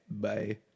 Bye